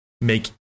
make